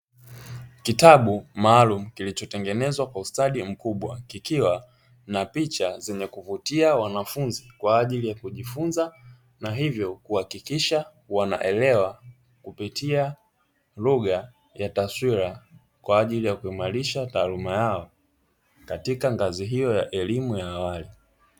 Kitabu maalumu kilichotengenezwa kwa ustadi mkubwa, kikiwa na picha zenye kuvutia wanafunzi kwa ajili ya kujifunza na hivyo kuhakikisha wanaelewa kupitia lugha ya taswira kwa ajili ya kuimarisha taaluma yao, katika ngazi hiyo ya elimu ya awali.